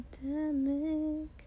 pandemic